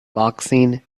boxing